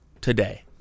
today